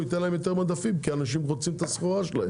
הוא ייתן להם יותר מדפים כי אנשים רוצים את הסחורה שלהם.